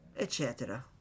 eccetera